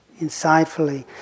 insightfully